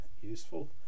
useful